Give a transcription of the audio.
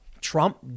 Trump